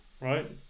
right